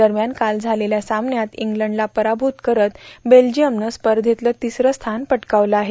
दरम्यान काल झालेल्या सामन्यात इंग्लंडला पराभूत करत बेल्जियमनं स्पर्धेतलं तिसरं स्थानं पटकावलं आहे